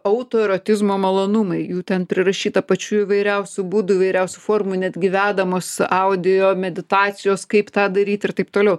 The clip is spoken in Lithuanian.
autoerotizmo malonumai jų ten prirašyta pačių įvairiausių būdų įvairiausių formų netgi vedamos audio meditacijos kaip tą daryt ir taip toliau